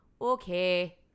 okay